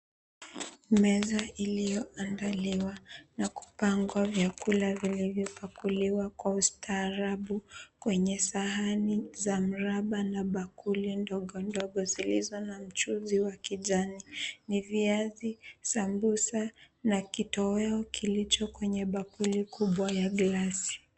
Meza iliyoandaliwa na kupangwa vyakula vilivyopakuliwa kwa ustarabu kwenye sahani za mraba na bakuli ndogo zilizo na mchuzi wa kijani ni viazi, sambusa na kitoweo kilicho kwenye bakuli kubwa ya glasi.